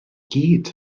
gyd